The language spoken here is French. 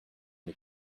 les